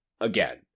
again